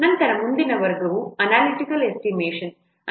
ನಂತರ ಮುಂದಿನ ವರ್ಗವು ಅನಾಲಿಟಿಕಲ್ ಎಸ್ಟಿಮೇಷನ್